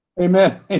Amen